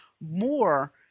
more